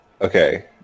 Okay